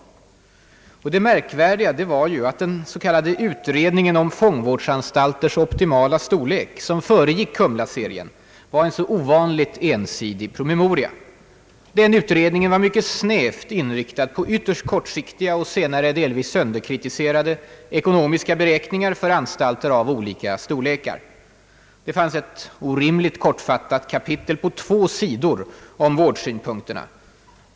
Det anmärkningsvärda var ju att den s.k. utredningen om fångvårdsanstalters optimala storlek som föregick Kumla-serien var en så ovanligt ensidig promemoria. Den var mycket snävt inriktad på ytterst kortsiktiga och senare delvis sönderkritiserade ekonomiska beräkningar för anstalter av olika storlekar. Det fanns ett orimligt kortfattat kapitel på två sidor om vårdsynpunkterna.